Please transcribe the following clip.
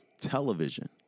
television